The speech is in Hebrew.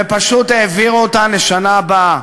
ופשוט העבירו אותן לשנה הבאה.